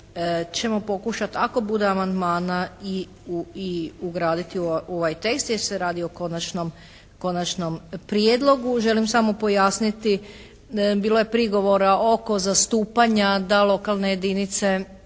ćemo pokušati ako bude amandmana i ugraditi u ovaj tekst jer se radi o konačnom prijedlogu. Želim samo pojasniti, bilo je prigovora oko zastupanja da lokalne jedinice